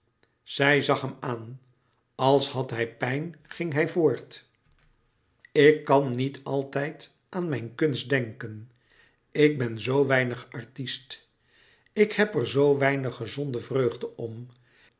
zij zag hem aan als had hij pijn ging hij voort ik kàn niet altijd aan mijn kunst denken ik ben zoo weinig artist ik heb er zoo weinig gezonde vreugde om